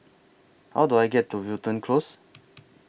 How Do I get to Wilton Close